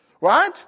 Right